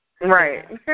Right